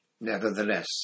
Nevertheless